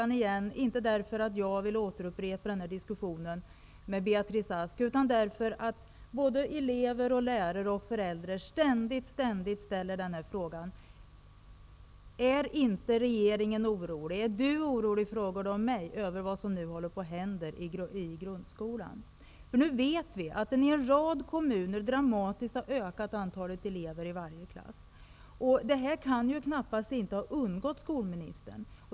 Jag ställer inte den här frågan igen för att jag vill upprepa diskussionen med Beatrice Ask, utan därför att såväl elever som lärare ständigt frågar: Är inte regeringen orolig? De frågar även mig om jag är orolig över det som nu som händer i grundskolan. Vi vet att antalet elever i varje klass har ökat dramatiskt i en rad kommuner. Det kan knappast ha undgått skolministern.